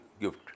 gift